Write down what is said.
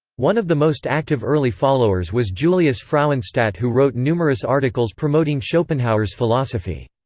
one of the most active early followers was julius frauenstadt who wrote numerous articles promoting schopenhauer's philosophy.